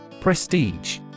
Prestige